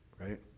right